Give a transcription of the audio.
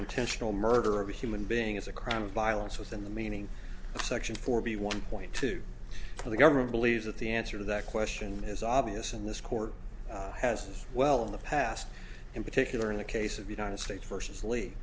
intentional murder of a human being is a crime of violence within the meaning of section four b one point two the government believes that the answer to that question is obvious and this court has well in the past in particular in the case of united states ver